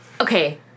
okay